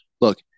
look